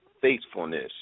faithfulness